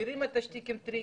מכירים את השטיקים טריקים.